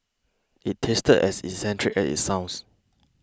it tasted as eccentric as it sounds